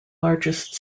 largest